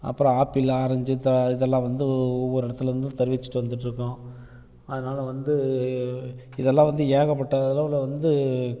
அப்பறம் apple orange த இதெல்லாம் வந்து ஒவ்வொரு இடத்துலருந்தும் தருவிச்சுட்டு வந்துட்டுருக்கோம் அதனால வந்து இதெல்லாம் வந்து ஏகப்பட்ட அளவில் வந்து